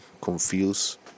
confused